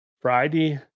Friday